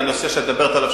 לנושא שאת מדברת עליו,